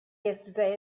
yesterday